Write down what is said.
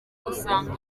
usanga